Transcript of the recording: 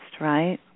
right